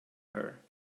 her